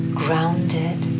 grounded